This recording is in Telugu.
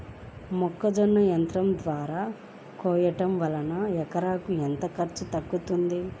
మొక్కజొన్న యంత్రం ద్వారా కోయటం వలన ఎకరాకు ఎంత ఖర్చు తగ్గుతుంది?